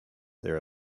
there